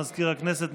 מזכיר הכנסת,